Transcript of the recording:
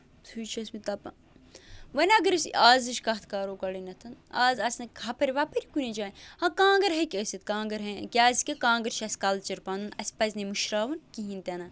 سُے چھِ ٲسمٕتۍ تپان وۄنۍ اَگر أسۍ أزِچ کَتھ کَرو گۄڈٕنیٚتھ اَز آسہِ نہٕ کھٔپرۍ وَپھرۍ کُنہِ جایہِ ہاں کانٛگٕر ہیٚکہِ ٲسِتھ کانٛگٕر کیٛازِکہِ کانٛگٕر چھِ اَسہِ کَلچَر پَنُن اَسہِ پَزِ نہٕ یہِ مٔشراوُن کِہیٖنۍ تہِ نہٕ